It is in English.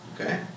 okay